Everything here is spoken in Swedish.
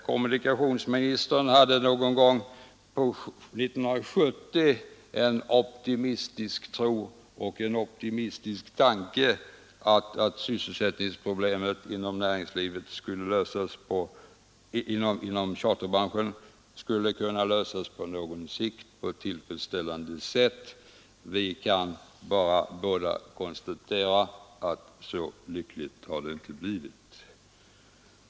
Kommunikationsministern hade någon gång under 1970 en optimistisk tro och tanke att sysselsättningsproblemet inom charterbranschen på sikt skulle kunna lösas på ett tillfredsställande sätt. Vi kan bara konstatera att det inte blivit så lyckligt.